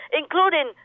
including